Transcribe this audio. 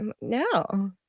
no